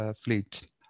fleet